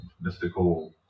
mystical